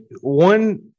one